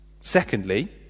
Secondly